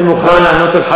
אני מוכן לענות על שאלות.